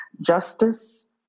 Justice